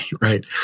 right